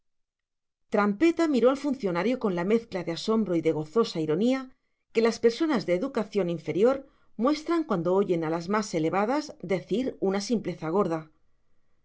trampeta miró al funcionario con la mezcla de asombro y de gozosa ironía que las personas de educación inferior muestran cuando oyen a las más elevadas decir una simpleza gorda